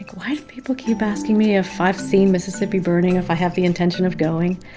like, why do people keep asking me if i've seen mississippi burning, if i have the intention of going?